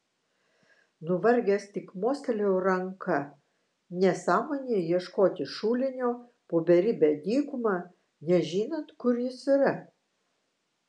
nuvargęs tik mostelėjau ranka nesąmonė ieškoti šulinio po beribę dykumą nežinant kur jis yra